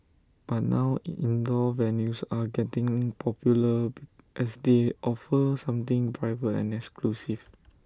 but now indoor venues are getting popular as they offer something private and exclusive